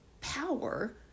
power